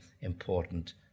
important